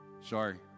Sorry